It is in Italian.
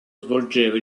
svolgeva